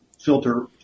filter